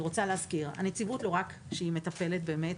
אני רוצה להזכיר שלא רק שהנציבות מטפלת באמת